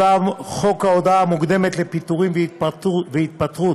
חוק ההודעה המוקדמת לפיטורים והתפטרות